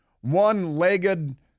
one-legged